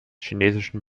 chinesischen